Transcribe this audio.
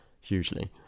hugely